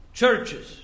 churches